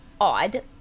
odd